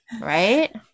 right